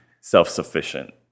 self-sufficient